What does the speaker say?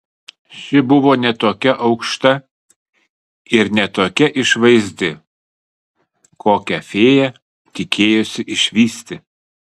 ši buvo ne tokia aukšta ir ne tokia išvaizdi kokią fėja tikėjosi išvysti